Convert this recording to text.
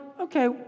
Okay